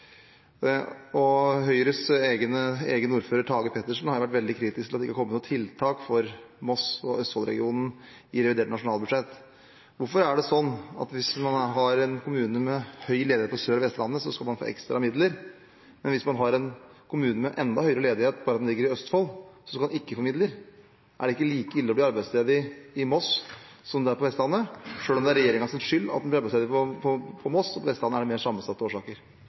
og Høyres egen ordfører, Tage Pettersen, har vært veldig kritisk til at det ikke har kommet noen tiltak for Moss og Østfoldregionen i revidert nasjonalbudsjett. Hvorfor er det sånn at hvis man har en kommune med høy ledighet på Sør- og Vestlandet, skal man få ekstra midler, men hvis man har en kommune med enda høyere ledighet, bare at den ligger i Østfold, skal man ikke få midler? Er det ikke like ille å bli arbeidsledig i Moss som på Vestlandet, selv om det er regjeringens skyld at en blir arbeidsledig i Moss, på Vestlandet er det mer sammensatte årsaker?